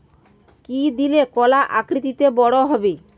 কি দিলে কলা আকৃতিতে বড় হবে?